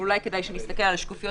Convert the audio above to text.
ואולי כדאי שנסתכל על השקופיות